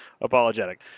apologetic